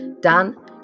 Dan